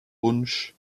wunsch